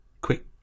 quick